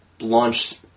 launched